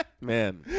Man